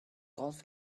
golf